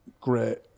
great